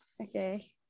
Okay